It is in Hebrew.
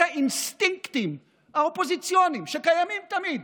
האינסטינקטים האופוזיציוניים שקיימים תמיד,